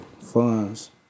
Funds